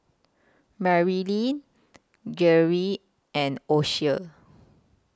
Marilynn Geary and Ocie